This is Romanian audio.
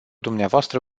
dumneavoastră